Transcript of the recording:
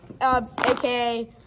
aka